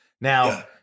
Now-